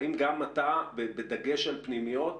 האם גם אתה, בדגש על פנימיות,